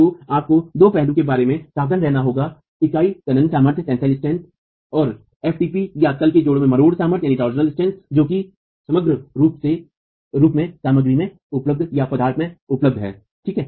तो आपको दो पहलुओं के बारे में सावधान रहना होगा इकाई तन्य सामर्थ्य और ftp या ताल के जोड़ों की मरोड़ सामर्थ्य जो कि समग्र रूप में सामग्री में उपलब्ध है ठीक है